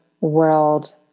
world